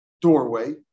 doorway